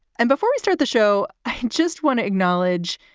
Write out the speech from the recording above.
and before we start the show, i just want to acknowledge.